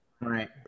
Right